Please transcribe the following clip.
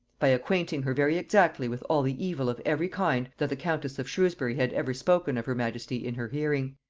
by acquainting her very exactly with all the evil of every kind that the countess of shrewsbury had ever spoken of her majesty in her hearing.